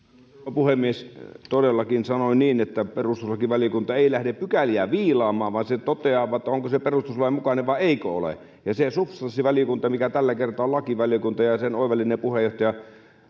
puhemies todellakin sanoin niin että perustuslakivaliokunta ei lähde pykäliä viilaamaan vaan se toteaa vain onko se perustuslain mukainen vai eikö ole viisas substanssivaliokunta mikä tällä kertaa on lakivaliokunta ja ja sen oivallinen puheenjohtaja